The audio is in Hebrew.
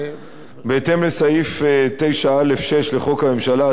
בהתאם לסעיף 9(א)(6) לחוק הממשלה,